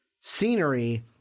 scenery